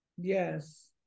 yes